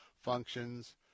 functions